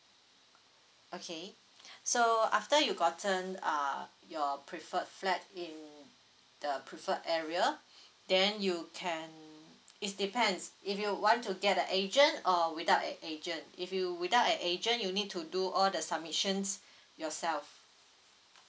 okay so after you gotten uh your preferred flat in the preferred area then you can it's depends if you want to get an agent or without an agent if you without an agent you'll need to do all the submissions yourself